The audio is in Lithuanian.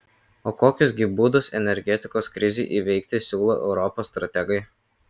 o kokius gi būdus energetikos krizei įveikti siūlo europos strategai